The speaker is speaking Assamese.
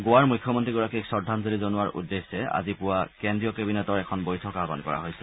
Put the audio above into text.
গোৱাৰ মুখ্যমন্ত্ৰী গৰাকীক শ্ৰদ্ধাঞ্জলি জনোৱাৰ উদ্দেশ্যে আজি পুৱা কেন্দ্ৰীয় কেবিনেটৰ এখন বৈঠক আয়ান কৰা হৈছে